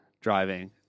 driving